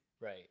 right